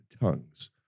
tongues